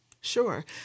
Sure